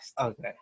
Okay